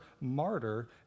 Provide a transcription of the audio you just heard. martyr